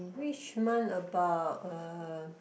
which month about uh